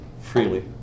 freely